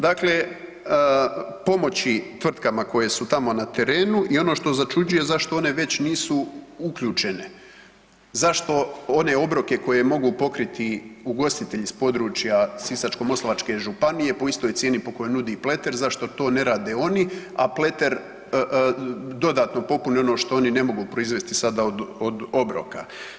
Dakle, pomoći tvrtkama koje su tamo na terenu i ono što začuđuje zašto one već nisu uključene, zašto one obroke koje mogu pokriti ugostitelji s područja Sisačko-moslavačke županije po istoj cijeni po ...po istoj cijeni kojoj nudi Pleter zašto to ne rade oni, a Pleter dodatno popuni ono što oni ne mogu proizvesti sada od obroka.